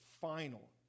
final